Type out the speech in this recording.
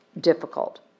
difficult